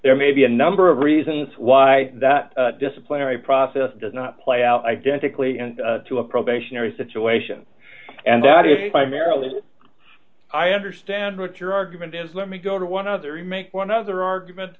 there may be a number of reasons why that disciplinary process does not play out identically to a probationary situation and that is by marilyn i understand what your argument is let me go to one of the remake one of their argument